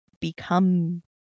become